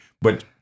But-